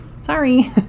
sorry